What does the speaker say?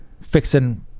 fixing